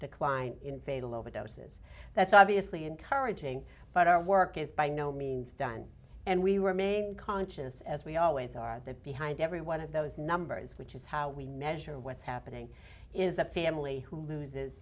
decline in fatal overdoses that's obviously encouraging but our work is by no means done and we were making conscious as we always are that behind every one of those numbers which is how we measure what's happening is the family who loses